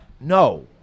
No